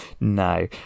No